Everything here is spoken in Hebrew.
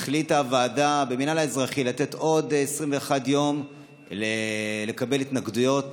הוועדה במינהל האזרחי החליטה לתת עוד 21 יום לקבל התנגדויות